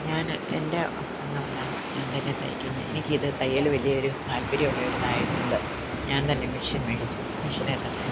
ഞാൻ എന്റെ വസ്ത്രങ്ങളെല്ലാം ഞാന് തന്നെയാണ് തയ്ക്കുന്നത് എനിക്കിത് തയ്യൽ വലിയൊരു താല്പര്യം ഉള്ള ഒരു ഇതായതുകൊണ്ട് ഞാന് തന്നെ മെഷീന് മേടിച്ചു മെഷീനിൽ തന്നെ